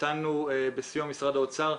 בסיוע משרד האוצר,